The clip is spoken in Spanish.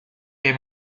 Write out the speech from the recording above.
que